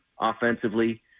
offensively